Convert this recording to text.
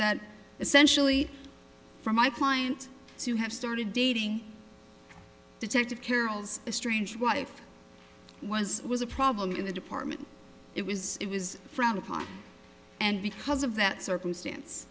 that essentially for my client to have started dating detective carroll's estranged wife was was a problem in the department it was it was frowned upon and because of that circumstance